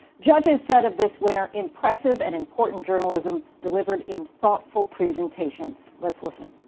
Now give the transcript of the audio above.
judges said of this winner impressive and important journalism delivered in thoughtful presentations. let's listen.